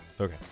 Okay